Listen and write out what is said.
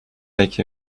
like